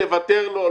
תוותר לו,